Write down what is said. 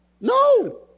No